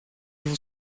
vous